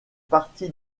parti